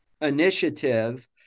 initiative